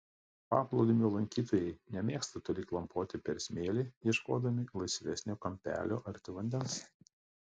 paplūdimio lankytojai nemėgsta toli klampoti per smėlį ieškodami laisvesnio kampelio arti vandens